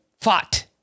fought